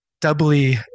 doubly